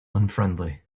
unfriendly